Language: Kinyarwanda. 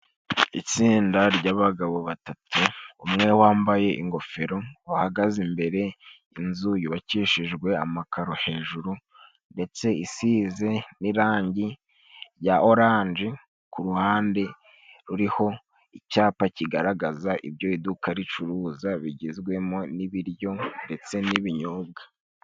Itsinda ry'abagabo batatu umwe wambaye ingofero, bahagaze imbere y'inzu yubakishejwe amakaro hejuru ,ndetse isize n'irangi rya oranje ku ruhande ruriho icyapa kigaragaza ibyo iduka ricuruza bigizwemo n'ibiryo ndetse n'ibinyobwa.